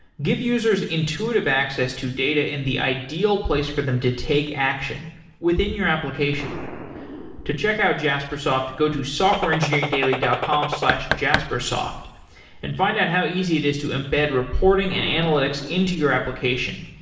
give users intuitive access to data in the ideal place for them to take action within your application to check out jaspersoft, go to softwareengineeringdaily dot com slash jaspersoft and find out how easy it is to embed reporting and analytics into your application.